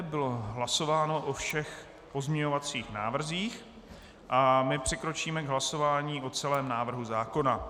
Bylo hlasováno o všech pozměňovacích návrzích a my přikročíme k hlasování o celém návrhu zákona.